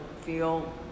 feel